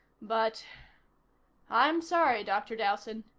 but i'm sorry, dr. dowson,